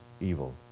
evil